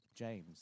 James